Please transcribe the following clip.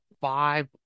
five